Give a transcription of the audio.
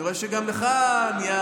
אני רואה שגם לך נהיה,